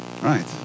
Right